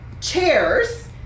chairs